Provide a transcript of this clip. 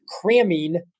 cramming